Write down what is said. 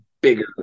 bigger